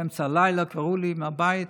באמצע הלילה קראו לי מהבית,